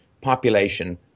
population